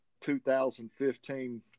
2015